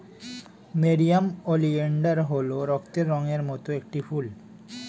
nerium oleander হল রক্তের রঙের মত একটি ফুল